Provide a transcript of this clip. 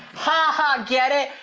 ha ha, get it.